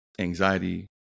Anxiety